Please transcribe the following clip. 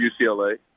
UCLA